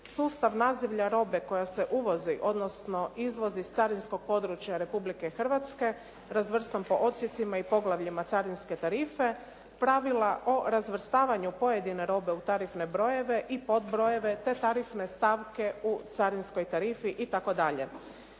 sustav nazivlja robe koja se uvozi odnosno izvozi s carinskog područja Republike Hrvatske razvrstan po odsjecima i poglavljima carinske tarife, pravila o razvrstavanju pojedine robe u tarifne brojeve i podbrojeve te tarifne stavke u carinskoj tarifi i